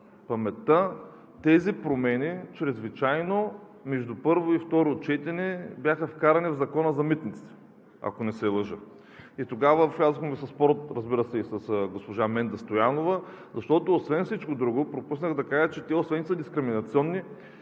тези промени, чрезвичайно между първо и второ четене бяха вкарани в Закона за митниците. Тогава влязохме в спор, разбира се, и с госпожа Менда Стоянова, защото освен всичко друго пропуснах да кажа, че те, освен че са дискриминационни,